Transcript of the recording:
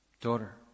daughter